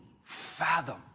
fathom